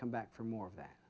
come back for more of that